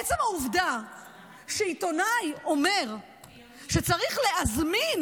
עצם העובדה שעיתונאי אומר שצריך להזמין